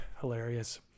hilarious